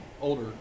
Older